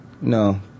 No